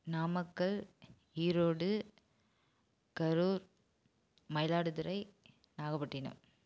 Namakkal Erode Karur Mayiladuthurai Nagapattinam